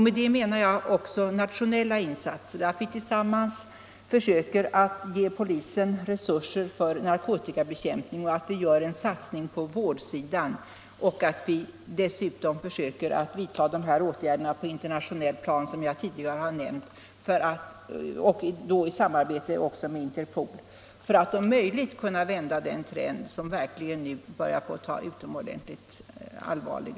Med det menar jag då också nationella insatser, att vi tillsammans försöker ge polisen resurser för narkotikabekämpning, att vi satsar på vårdsidan och att vi dessutom i samarbete med Interpol och FN-organet i Genéve försöker vidta de åtgärder på internationellt plan som jag tidigare har nämnt för att på det sättet om möjligt kunna vända den trend som nu börjar te sig så utomordentligt allvarlig.